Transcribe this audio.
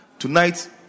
Tonight